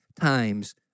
times